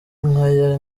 nk’aya